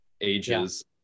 ages